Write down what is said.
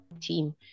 team